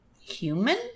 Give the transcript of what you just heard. Human